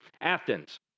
Athens